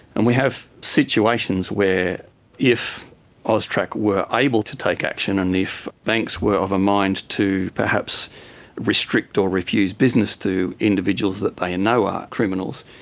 and we have situations where if austrac were able to take action, and if banks were of a mind to perhaps restrict or refuse business to individuals that they know are criminals,